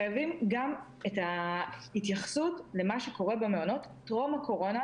חייבים גם את ההתייחסות למה שקורה במעונות טרום הקורונה,